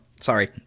Sorry